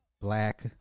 black